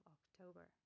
October